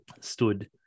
stood